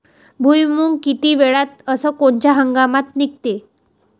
भुईमुंग किती वेळात अस कोनच्या हंगामात निगते?